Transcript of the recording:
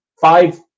five